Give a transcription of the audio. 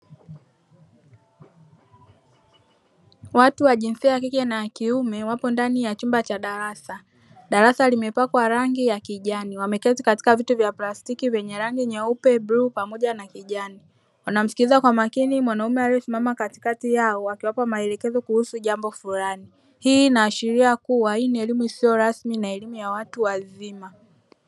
Watu wa jinsia ya kike na ya kiume wapo ndani ya chumba cha darasa. darasa lime pakwa rangi ya kijani, wameketi katika viti vya plastiki vyenye rangi nyeupe, bluu pamoja na kijani wanamsikiliza kwa makini mwanaume, aliye simama katikati yao akiwapa maelekezo kuhusu jambo fulani hii inaashiria kuwa, hii ni elimu isiyo kuwa rasmi na elimu ya watu wazima.